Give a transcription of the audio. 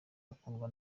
ukundwa